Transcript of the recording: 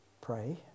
pray